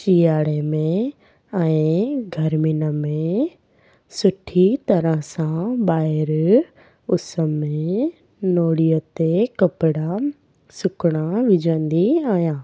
सियारे में ऐं गर्मीयुनि में सुठी तरह सां ॿाहिरि उस में नोड़ीअ ते कपिड़ा सुकणा विझंदी आहियां